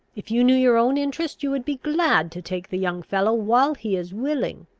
if you knew your own interest, you would be glad to take the young fellow while he is willing.